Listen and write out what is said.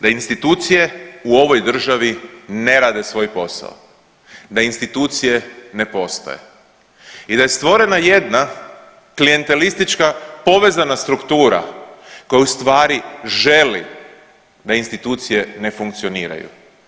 Da institucije u ovoj državi ne rade svoj posao, da institucije ne postoje i da je stvorena jedna klijentelistička povezana struktura koja u stvari želi da institucije ne funkcioniraju.